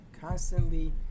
constantly